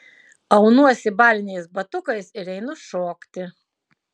aunuosi baliniais batukais ir einu šokti